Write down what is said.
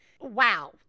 wow